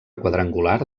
quadrangular